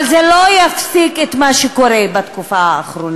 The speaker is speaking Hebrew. אבל זה לא יפסיק את מה שקורה בתקופה האחרונה,